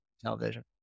television